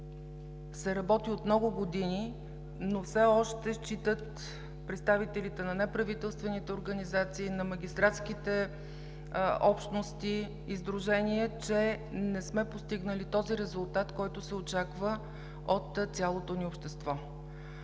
работи от много години, но все още представителите на неправителствените организации, на магистратските общности и сдружения считат, че не сме постигнали този резултат, който се очаква от цялото ни общество.